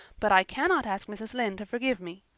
but i cannot ask mrs. lynde to forgive me.